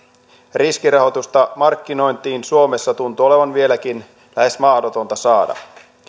riskirahoitusta markkinointiin suomessa tuntuu olevan vieläkin lähes mahdotonta saada